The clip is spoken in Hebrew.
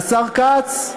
והשר כץ,